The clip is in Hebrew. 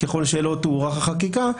ככל שלא תוארך החקיקה,